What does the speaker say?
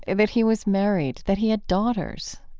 that he was married, that he had daughters,